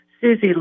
Susie